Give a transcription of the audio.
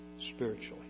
spiritually